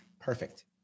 Perfect